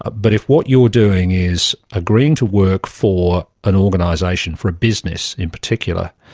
ah but if what you're doing is agreeing to work for an organisation, for a business in particular,